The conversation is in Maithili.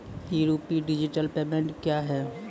ई रूपी डिजिटल पेमेंट क्या हैं?